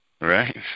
right